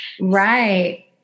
Right